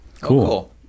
Cool